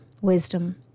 wisdom